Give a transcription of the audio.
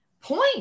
point